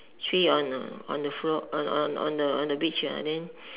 three on the one the floor on on on on the beach ya then